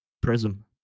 prism